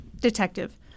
Detective